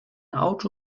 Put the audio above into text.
auto